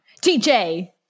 tj